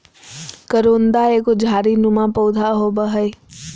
करोंदा एगो झाड़ी नुमा पौधा होव हय